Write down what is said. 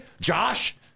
Josh